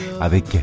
avec